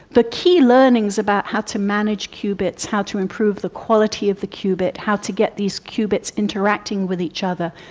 the key learnings about how to manage qubits, how to improve the quality of the qubit, how to get these qubits interacting with each other,